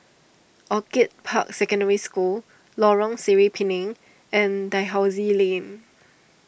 Orchid Park Secondary School Lorong Sireh Pinang and Dalhousie Lane